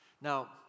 Now